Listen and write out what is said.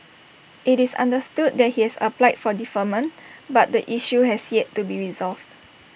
IT is understood that he has applied for deferment but the issue has yet to be resolved